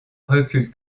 recule